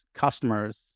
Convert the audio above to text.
customers